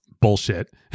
bullshit